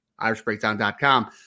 IrishBreakdown.com